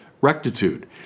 rectitude